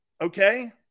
okay